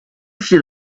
should